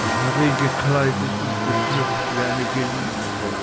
ich habe ihn gekleidet und geschmückt wie eine geliebte